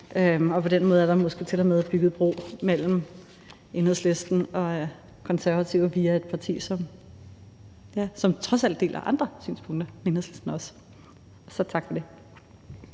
På den måde er der måske til og med bygget bro mellem Enhedslisten og Konservative via et parti, som trods alt deler andre synspunkter med Enhedslisten også. Så tak for det.